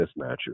mismatches